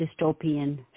dystopian